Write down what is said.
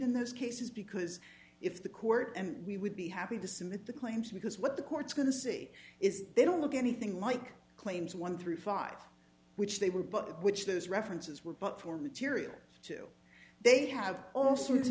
in those cases because if the court and we would be happy to submit the claims because what the court's going to say is they don't look anything like claims one through five which they were but of which those references were but for material two they have all sorts of